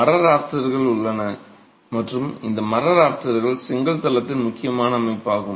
மர ராஃப்டர்கள் உள்ளன மற்றும் இந்த மர ராஃப்டர்கள் செங்கல் தளத்தின் முக்கியமான அமைப்பாகும்